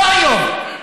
לא היום,